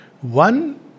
One